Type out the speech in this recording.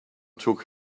took